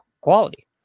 quality